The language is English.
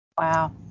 Wow